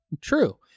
true